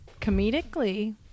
comedically